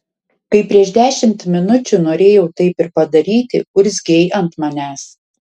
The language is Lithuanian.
kai prieš dešimt minučių norėjau taip ir padaryti urzgei ant manęs